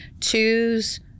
choose